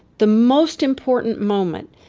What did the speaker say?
the most important moment,